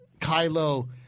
Kylo